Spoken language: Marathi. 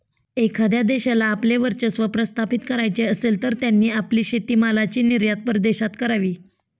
एखाद्या देशाला आपले वर्चस्व प्रस्थापित करायचे असेल, तर त्यांनी आपली शेतीमालाची निर्यात परदेशात करावी